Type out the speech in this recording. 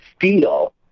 feel